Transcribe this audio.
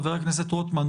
חבר הכנסת רוטמן,